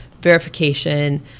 verification